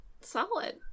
Solid